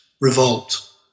revolt